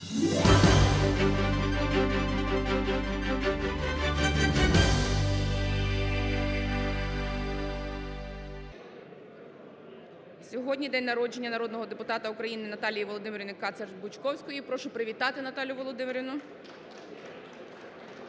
Сьогодні день народження народного депутата Наталії Володимирівни Кацер-Бучковської. Прошу привітати Наталію Володимирівну.